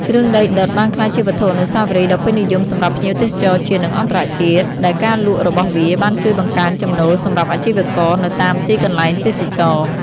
គ្រឿងដីដុតបានក្លាយជាវត្ថុអនុស្សាវរីយ៍ដ៏ពេញនិយមសម្រាប់ភ្ញៀវទេសចរណ៍ជាតិ និងអន្តរជាតិ ដែលការលក់របស់វាបានជួយបង្កើនចំណូលសម្រាប់អាជីវករនៅតាមទីកន្លែងទេសចរណ៍។